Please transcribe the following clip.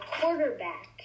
quarterback